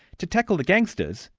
to tackle the gangsters,